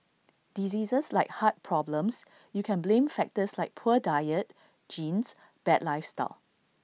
diseases like heart problems you can blame factors like poor diet genes bad lifestyle